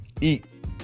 eat